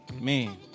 man